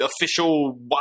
official